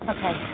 Okay